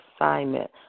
assignment